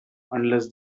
unless